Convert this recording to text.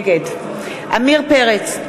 נגד עמיר פרץ,